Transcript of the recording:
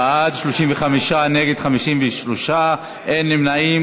בעד, 35, נגד, 53, אין נמנעים.